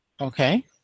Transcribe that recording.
okay